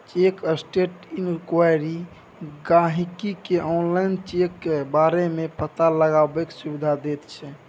cheque status inquiry गाहिंकी केँ online check बारे मे पता लगेबाक सुविधा दैत छै